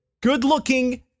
good-looking